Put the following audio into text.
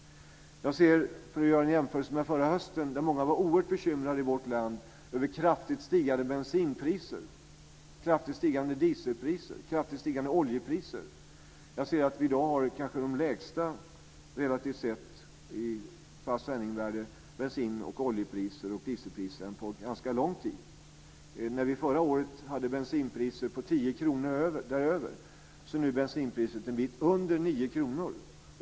Jag ska göra en jämförelse med förra hösten. Då var många oerhört bekymrade i vårt land över kraftigt stigande bensinpriser, dieselpriser och oljepriser. Nu har vi relativt sett de lägsta priserna på bensin, olja och diesel som vi har haft under ganska lång tid. Förra året låg bensinpriset på 10 kr och däröver. Nu ligger bensinpriset en bit under 9 kr.